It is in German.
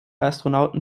astronauten